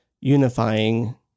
unifying